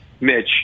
Mitch